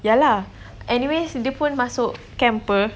ya lah anyways dia pun masuk camp apa